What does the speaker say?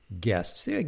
guests